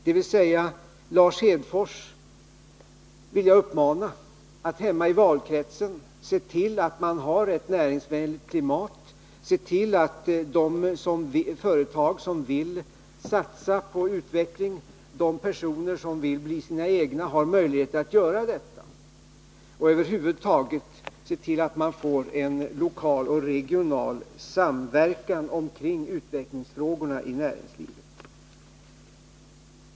Jag vill därför uppmana Lars Hedfors att hemma i valkretsen se till att det finns ett näringsvänligt klimat, att de företag som vill satsa på utveckling och att de personer som vill bli sina egna har möjligheter härtill — att över huvud taget se till att man får en lokal och regional samverkan kring utvecklingsfrågorna i näringslivet.